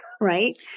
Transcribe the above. right